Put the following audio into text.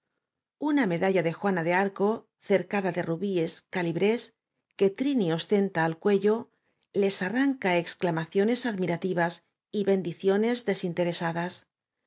a medalla de juana de a r c o cercada de rubíes calibres que trini ostenta al cuello les arranca exclamaciones admirativas y bendiciones desinteresadas